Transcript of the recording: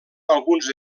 alguns